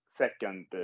second